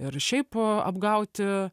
ir šiaip apgauti